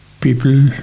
people